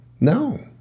No